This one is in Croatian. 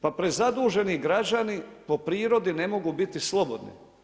Pa prezaduženi građani po prirodi ne mogu biti slobodni.